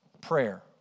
prayer